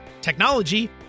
technology